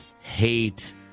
hate